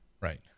Right